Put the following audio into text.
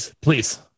please